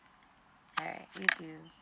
okay you too